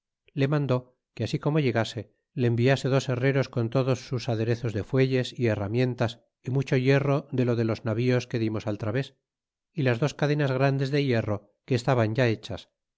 le mandó que así co mo llegase le enviase dos herreros con todos sus aderezos de fuelles y herramientas y mucho hierro de lo de los navíos que dimos al tiaves y las dos cadenas grandes de hierro que estaban ya hechas